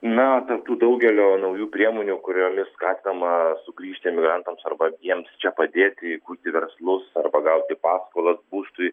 na tokių daugelio naujų priemonių kuriomis skatinama sugrįžti emigrantams arba jiems čia padėti įkurti verslus arba gauti paskolas būstui